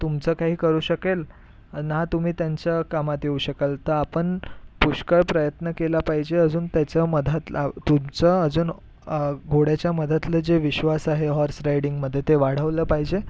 तुमचं काही करू शकेल ना तुम्ही त्यांच्या कामात येऊ शकाल तर आपण पुष्कळ प्रयत्न केला पाहिजे अजून त्याच्या मधात तुमचं अजून घोड्याच्या मधातलं जे विश्वास आहे हॉर्स राइडिंगमध्ये ते वाढवलं पाहिजे